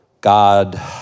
God